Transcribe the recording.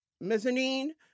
mezzanine